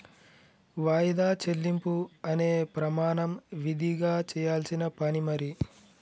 వాయిదా చెల్లింపు అనే ప్రమాణం విదిగా చెయ్యాల్సిన పని మరి